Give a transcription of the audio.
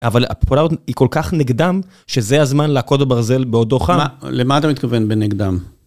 אבל הפופולריות היא כל כך נגדם, שזה הזמן להכות בברזל בעודו חם. למה אתה מתכוון בנגדם?